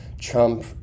Trump